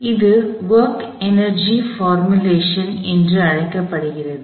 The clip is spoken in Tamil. எனவே இது ஒர்க் எனர்ஜி போர்முலேஷன்work energy formulationவேலை ஆற்றல் உருவாக்கம் என்று அழைக்கப்படுகிறது